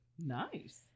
Nice